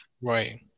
Right